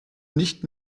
nicht